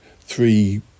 three